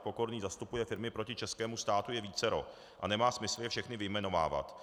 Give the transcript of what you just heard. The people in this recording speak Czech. Pokorný zastupuje firmy proti českému státu, je vícero a nemá smysl je všechny vyjmenovávat.